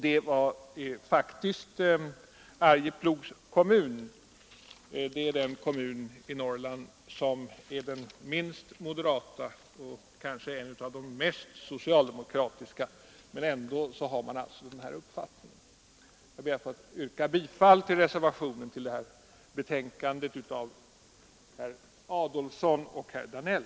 Det är faktiskt Arjeplogs kommun — den kommun i Norrland som är den minst moderata och kanske en av de mest socialdemokratiska, men ändå har man där alltså den uppfattningen. Jag ber att få yrka bifall till den vid betänkandet fogade reservationen av herrar Adolfsson och Danell.